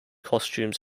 costumes